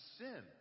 sin